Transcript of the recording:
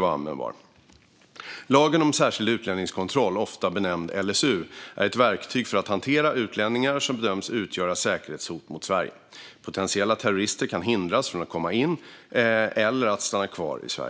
vara användbar. Lagen om särskild utlänningskontroll, ofta benämnd LSU, är ett verktyg för att hantera utlänningar som bedöms utgöra säkerhetshot mot Sverige. Potentiella terrorister kan hindras från att komma in i eller att stanna kvar i Sverige.